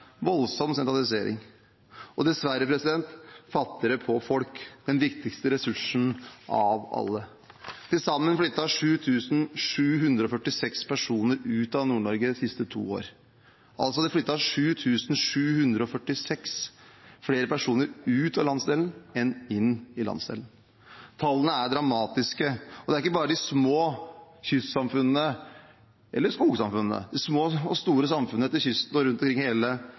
voldsom sentralisering, og dessverre fattigere på folk, den viktigste ressursen av alle. Til sammen flyttet 7 746 personer ut av Nord-Norge de siste to årene. Det flyttet 7 746 flere ut av landsdelen enn inn i landsdelen. Tallene er dramatiske, og det er ikke bare de små kystsamfunnene eller skogsamfunnene, de små og store samfunnene langs kysten og rundt omkring i hele